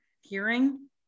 Hearing